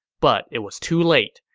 but it was too late.